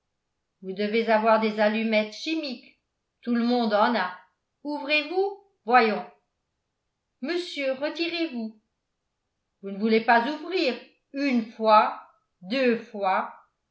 vous devez avoir des allumettes chimiques tout le monde en a ouvrez-vous voyons monsieur retirez-vous vous ne voulez pas ouvrir une fois deux fois